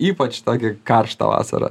ypač tokį karštą vasarą